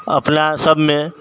अपना सबमे